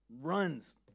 runs